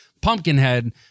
Pumpkinhead